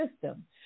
system